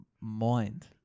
mind